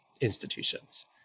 institutions